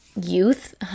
youth